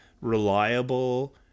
reliable